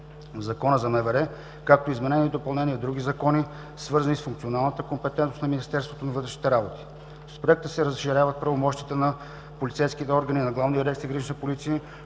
Закона за МВР, както и изменения и допълнения в други закони, свързани с функционалната компетентност на Министерството на вътрешните работи. С Проекта се разширяват правомощията на полицейските органи на Главна дирекция „Гранична полиция“,